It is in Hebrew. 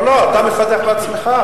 לא לא, אתה מפתח בעצמך.